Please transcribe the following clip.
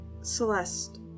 Celeste